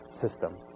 system